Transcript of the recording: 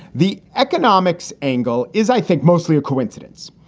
the economics angle is, i think, mostly a coincidence,